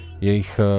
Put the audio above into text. jejich